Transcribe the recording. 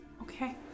Okay